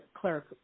clerk